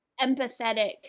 empathetic